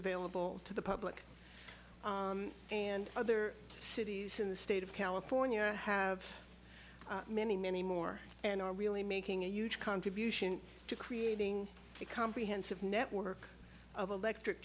available to the public and other cities in the state of california have many many more and are really making a huge contribution to creating a comprehensive network of electric